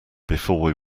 before